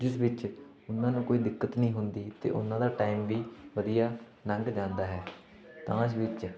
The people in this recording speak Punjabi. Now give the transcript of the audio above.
ਜਿਸ ਵਿੱਚ ਉਹਨਾਂ ਨੂੰ ਕੋਈ ਦਿੱਕਤ ਨਹੀਂ ਹੁੰਦੀ ਅਤੇ ਉਹਨਾਂ ਦਾ ਟਾਈਮ ਵੀ ਵਧੀਆ ਲੰਘ ਜਾਂਦਾ ਹੈ ਤਾਸ਼ ਵਿੱਚ